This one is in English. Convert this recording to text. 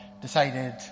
decided